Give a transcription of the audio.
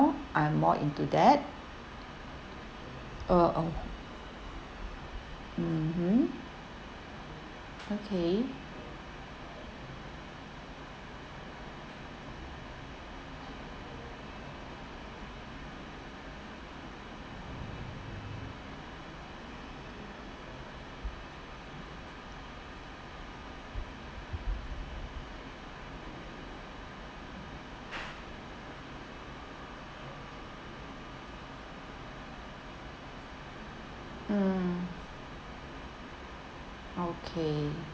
I'm more into that uh mm mmhmm okay mm okay